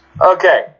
Okay